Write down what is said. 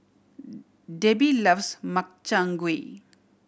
Debby loves Makchang Gui